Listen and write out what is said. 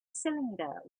cylinder